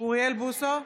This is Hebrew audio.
אוריאל בוסו,